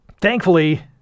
Thankfully